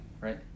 right